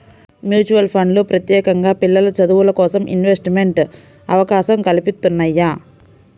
mutual ఫండ్లు ప్రత్యేకంగా పిల్లల చదువులకోసం ఇన్వెస్ట్మెంట్ అవకాశం కల్పిత్తున్నయ్యి